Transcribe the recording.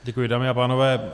Děkuji, dámy a pánové.